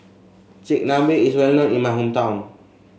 Chigenabe is well known in my hometown